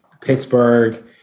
Pittsburgh